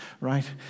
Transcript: right